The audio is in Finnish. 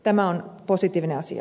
tämä on positiivinen asia